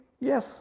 yes